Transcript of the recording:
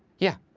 yeah,